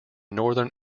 northern